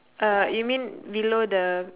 uh you mean below the